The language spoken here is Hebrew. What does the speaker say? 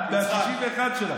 את ה-61 שלה.